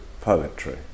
poetry